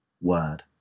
word